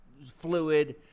fluid